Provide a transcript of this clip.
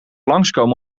langskomen